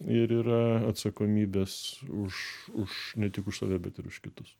ir yra atsakomybės už už ne tik už save bet ir už kitus